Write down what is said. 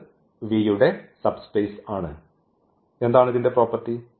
അത് V യുടെ subspace ആണ് എന്താണ് ഇതിൻറെ പ്രോപ്പർട്ടി